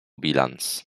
bilans